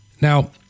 Now